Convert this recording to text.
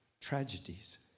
tragedies